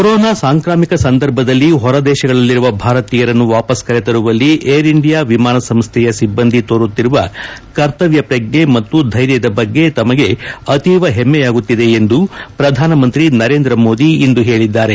corona ಸಾಂಕ್ರಾಮಿಕ ಸಂದರ್ಭದಲ್ಲಿ ಹೊರದೇಶಗಳಲ್ಲಿರುವ ಭಾರತೀಯರನ್ನು ವಾಪಸ್ ಕರೆತರುವಲ್ಲಿ ಏರ್ ಇಂಡಿಯಾ ವಿಮಾನ ಸಂಸ್ಥೆಯ ಸಿಬ್ಬಂದಿ ತೋರುತ್ತಿರುವ ಕರ್ತವ್ಯ ಶ್ರಜ್ಞೆ ಮತ್ತು ಧೈರ್ಯದ ಬಗ್ಗೆ ತಮಗೆ ಅತೀವ ಹೆಮ್ಮೆಯಾಗುತ್ತಿದೆ ಎಂದು ಪ್ರಧಾನಮಂತ್ರಿ ನರೇಂದ್ರ ಮೋದಿ ಇಂದು ಹೇಳಿದ್ದಾರೆ